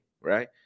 right